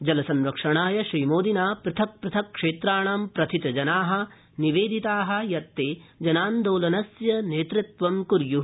जलसंरक्षणाय श्रीमोदिना पृथक् पृथक क्षेत्राणां प्रथितजना निवेदिता यत् ते जनान्दोलनस्य नेतृत्वं क्य्